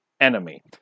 enemy